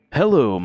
Hello